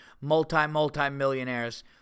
multi-multi-millionaires